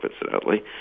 incidentally